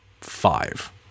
five